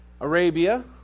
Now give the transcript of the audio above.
Arabia